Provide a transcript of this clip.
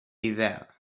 idea